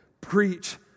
Preach